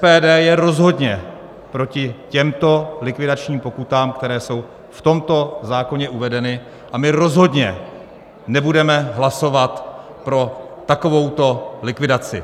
SPD je rozhodně proti těmto likvidačním pokutám, které jsou v tomto zákoně uvedeny, a my rozhodně nebudeme hlasovat pro takovouto likvidaci.